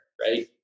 right